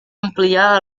ampliar